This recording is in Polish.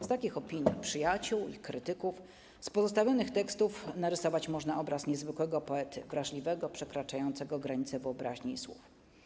Z takich opinii przyjaciół i krytyków, z pozostawionych tekstów narysować można obraz niezwykłego poety: wrażliwego, przekraczającego granice wyobraźni i słów.